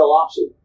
option